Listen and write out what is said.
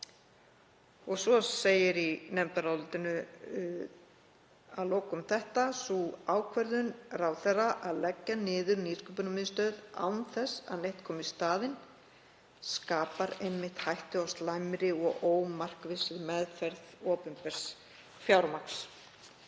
Svo segir í nefndarálitinu að lokum þetta: „Sú ákvörðun ráðherra að leggja niður Nýsköpunarmiðstöð án þess að neitt komi í staðinn skapar einmitt hættu á slæmri og ómarkvissri meðferð opinbers fjármagns.“